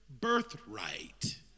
birthright